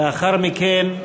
לאחר מכן,